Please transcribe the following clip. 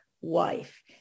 wife